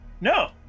No